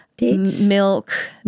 milk